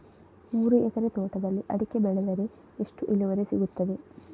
ಮೂರು ಎಕರೆ ತೋಟದಲ್ಲಿ ಅಡಿಕೆ ಬೆಳೆದರೆ ಎಷ್ಟು ಇಳುವರಿ ಸಿಗುತ್ತದೆ?